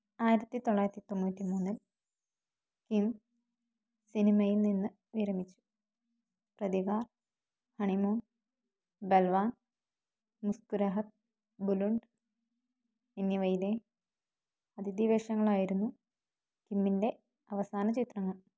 ആയിരത്തി തൊള്ളായിരത്തി തൊണ്ണൂറ്റി മൂന്നിൽ കിം സിനിമയിൽ നിന്ന് വിരമിച്ചു പ്രതികാർ ഹണിമൂൺ ബൽവാൻ മുസ്കുരാഹത്ത് ബുലുണ്ട് എന്നിവയിലെ അതിഥി വേഷങ്ങളായിരുന്നു കിമ്മിൻ്റെ അവസാന ചിത്രങ്ങൾ